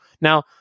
Now